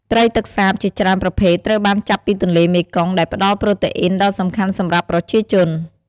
ត្រីទឹកសាបជាច្រើនប្រភេទត្រូវបានចាប់ពីទន្លេមេគង្គ ដែលផ្ដល់ប្រូតេអ៊ីនដ៏សំខាន់សម្រាប់ប្រជាជន។